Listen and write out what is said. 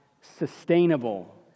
sustainable